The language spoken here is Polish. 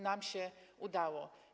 Nam się udało.